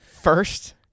first